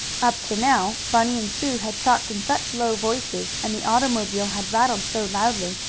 up to now bunny and sue had talked in such low voices, and the automobile had rattled so loudly,